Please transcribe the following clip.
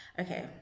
Okay